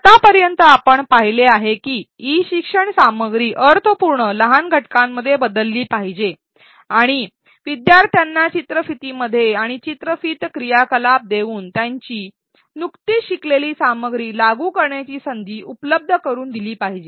आतापर्यंत आपण पाहिले आहे की ई शिक्षण सामग्री अर्थपूर्ण लहान घटकांमध्ये बदलली पाहिजे आणि शिकणाऱ्यांना चित्रफितीमध्ये आणि चित्रफित क्रियाकलाप देऊन त्यांनी नुकतीच शिकलेली सामग्री लागू करण्याची संधी उपलब्ध करुन दिली पाहिजे